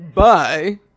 Bye